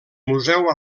museu